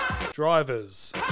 Drivers